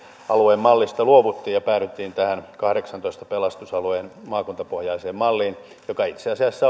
alueen mallista luovuttiin ja päädyttiin tähän kahdeksaantoista pelastusalueen maakuntapohjaiseen malliin joka itse asiassa